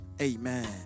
Amen